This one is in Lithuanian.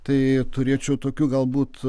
tai turėčiau tokių galbūt